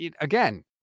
again